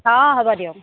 অ হ'ব দিয়ক